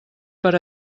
per